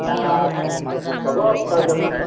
হ'ব ছয়জনমান